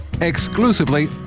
exclusively